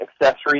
accessories